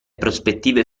prospettive